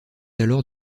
alors